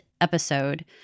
episode